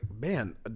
man